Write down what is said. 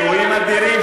אלוהים אדירים,